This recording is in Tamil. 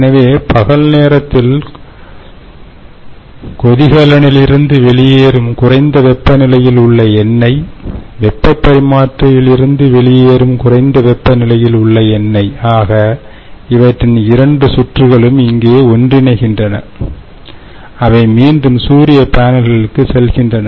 எனவே பகல் நேரத்தில் கொதிகலணிலிருந்து வெளியேறும் குறைந்த வெப்பநிலையில் உள்ள எண்ணெய் வெப்ப பரிமாற்றியிலிருந்து வெளியேறும் குறைந்த வெப்பநிலையில் உள்ள எண்ணெய் ஆக அவற்றின் இரண்டு சுற்றுகளும் இங்கே ஒன்றிணைகின்றன அவை மீண்டும் சூரிய பேனல்களுக்கு செல்கின்றன